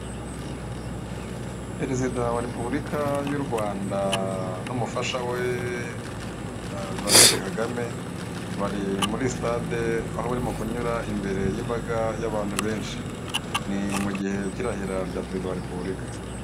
Perezida wa repuburika yu Rwanda n'umufasha we janete Kagame bari muri sitade Aho barimo kunyura imbere y'imbaga ya bantu benshi ni mu gihe cyirahira rya perezida wa repuburika.